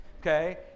okay